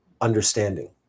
understanding